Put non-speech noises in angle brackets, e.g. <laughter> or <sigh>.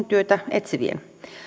<unintelligible> työtä etsivien